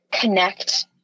connect